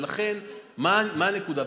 ולכן, מה הנקודה?